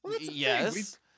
yes